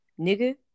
nigga